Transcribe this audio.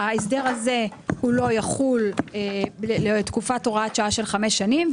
ההסדר הזה הוא לא יחול לתקופת הוראת שעה של חמש שנים.